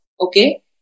Okay